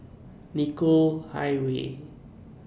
Nicoll Highway